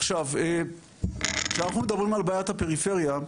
עכשיו, אנחנו מדברים על בעיית הפריפריה,